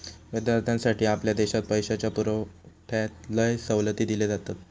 विद्यार्थ्यांसाठी आपल्या देशात पैशाच्या पुरवठ्यात लय सवलती दिले जातत